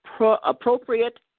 appropriate